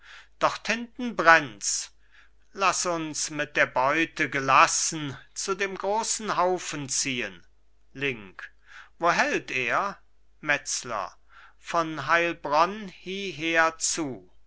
dort hinten brennt's laß uns mit der beute gelassen zu dem großen haufen ziehen link wo hält er metzler von heilbronn hieher zu